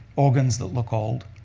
organs that look old.